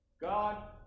God